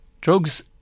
Drugs